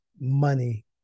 money